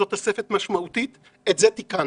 זאת תוספת משמעותית, זה משהו שתיקנו.